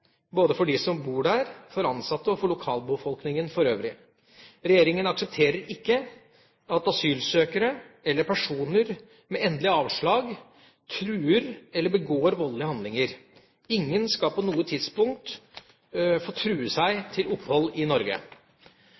både for dem som bor der, for ansatte og for lokalbefolkningen for øvrig. Regjeringen aksepterer ikke at asylsøkere, eller personer med endelig avslag, truer med eller begår voldelige handlinger. Ingen skal på noe tidspunkt få true seg til opphold i Norge.